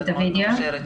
גל.